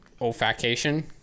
olfaction